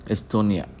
Estonia